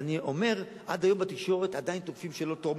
אני אומר: עד היום בתקשורת עדיין תוקפים שהם לא תורמים,